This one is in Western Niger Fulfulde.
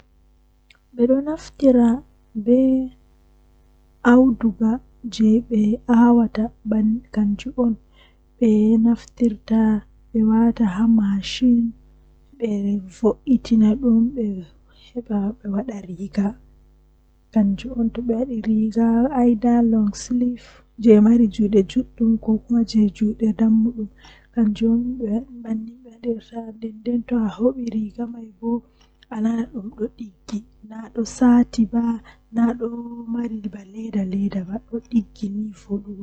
Ah ko buri welugo am wakkati mi bingel kanjum woni wakkati mi yahata jangirde be sobiraabe am, Ko wadi weli am bo ngam wakkati man midon wondi be sobiraabe am min yahan mi fijo min yaha jangirde tomin ummi min wartida be mabbe wakkati man don wela mi masin.